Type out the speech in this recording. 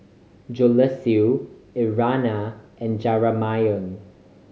Joseluis Irena and Jamarion